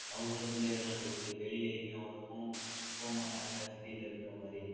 அவங்களுக்குள்ளயே விளையாண்டுகிட்டு வெளியே எங்கேயும் அவ்வளோக்கும் போக மாட்டாங்க சிட்டியில் இருக்கிற மாதிரி